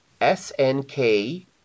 SNK